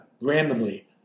randomly